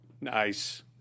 Nice